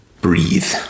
Breathe